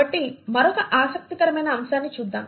కాబట్టి మరొక ఆసక్తికరమైన అంశాన్ని చూద్దాం